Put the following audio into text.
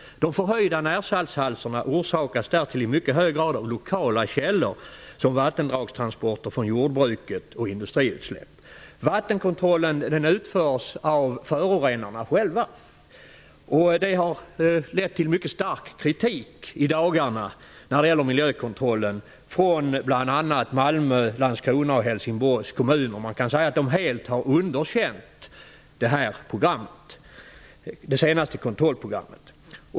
De förhöjda närsaltshalterna orsakas därtill i mycket hög grad av lokala källor såsom vattendragstransporter från jordbruket och industriutsläpp. Vattenkontrollen utförs av förorenarna själva, vilket har lett till mycket stark kritik från bl.a. Malmös, Landskronas och Helsingborgs kommuner. De har helt underkänt det nyligen föreslagna kontrollprogrammet.